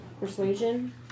Persuasion